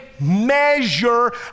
measure